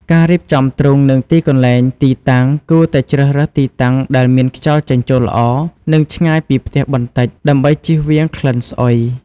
ការរៀបចំទ្រុង និងទីកន្លែង ទីតាំង គួរតែជ្រើសរើសទីតាំងដែលមានខ្យល់ចេញចូលល្អ និងឆ្ងាយពីផ្ទះបន្តិចដើម្បីជៀសវាងក្លិនស្អុយ។